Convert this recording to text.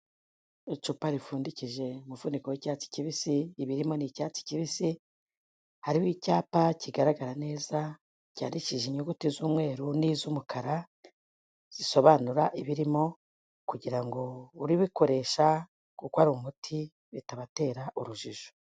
Icupa ripfundiki umufuniko w'icyatsi kibisi ibirimo n'icyatsi kibisi, hariho icyapa kigaragara neza cyandikije inyuguti z'umweru n'iz'umukara zisobanura ibirimo, kugirango uribikoresha kuko ari umuti bitabatera urujijo.